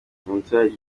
umuturage